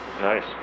Nice